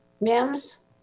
Mims